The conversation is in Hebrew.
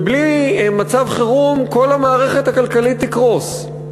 ובלי מצב חירום כל המערכת תקרוס.